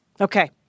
Okay